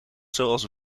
zoals